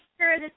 sure